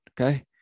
okay